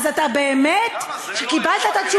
אז אתה באמת, למה?